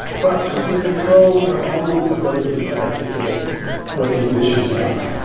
well, she can control her own ability to articulate what these issues are.